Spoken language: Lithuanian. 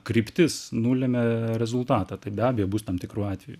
kryptis nulemia rezultatą tai be abejo bus tam tikrų atvejų